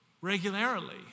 regularly